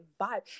vibe